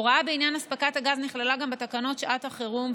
הוראה בעניין אספקת הגז נכללה גם בתקנות שעת החירום,